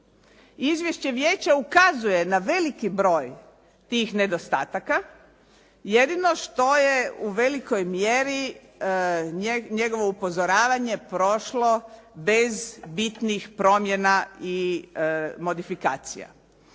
Izvješće vijeća ukazuje na veliki broj tih nedostataka, jedino što je u velikoj mjeri njegovo upozoravanje prošlo bez bitnih promjena i modifikacija.